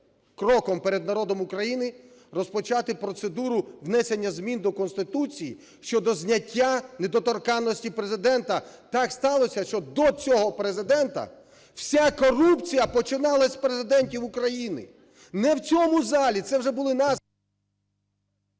кроком перед народом України розпочати процедуру внесення змін до Конституції щодо зняття недоторканності Президента. Так сталося, що до цього Президента вся корупція починалась з президентів України, не в цьому залі, це вже були…